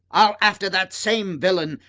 i'll after that same villain,